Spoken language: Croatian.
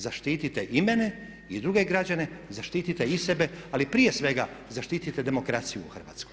Zaštitite i mene i druge građane, zaštitite i sebe, ali prije svega zaštitite demokraciju u Hrvatskoj.